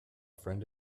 friend